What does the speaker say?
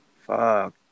Fuck